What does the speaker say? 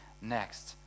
next